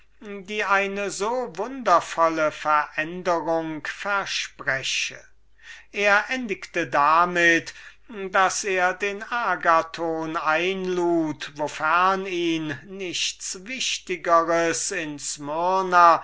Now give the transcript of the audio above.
die eine so wundervolle veränderung verspreche er endigte damit daß er den agathon einlud wofern ihn keine andre angelegenheit in